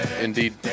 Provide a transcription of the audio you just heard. indeed